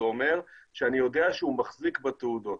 זה אומר שאני יודע שהוא מחזיק בתעודות.